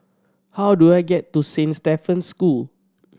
how do I get to Saint Stephen's School